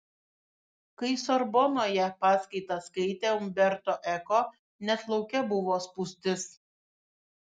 kai sorbonoje paskaitas skaitė umberto eko net lauke buvo spūstis